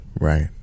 Right